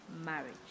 marriage